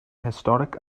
historic